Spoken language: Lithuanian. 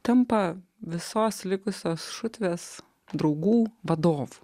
tampa visos likusios šutvės draugų vadovu